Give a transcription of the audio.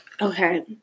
Okay